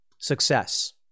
Success